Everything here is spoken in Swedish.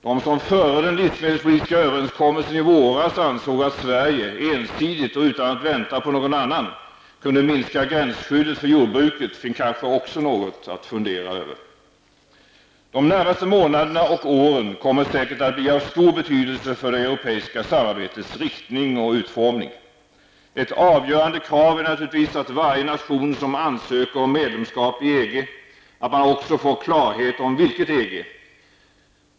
De som före den livsmedelspolitiska överenskommelsen i våras ansåg att Sverige, ensidigt och utan att vänta på någon annan, kunde minska gränsskyddet för jordbruket fick kanske också något att fundera över. De närmaste månaderna -- och åren -- kommer säkert att bli av stor betydelse för det europeiska samarbetets riktning och utformning. Ett avgörande krav är naturligtvis för varje nation som ansöker om medlemskap i EG att man också får klarhet om ''vilket EG'' det rör sig om.